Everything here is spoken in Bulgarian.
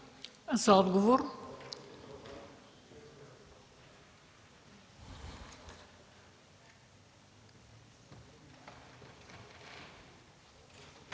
За отговор